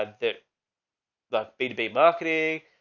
ah that the bdb marketing